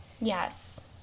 yes